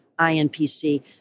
INPC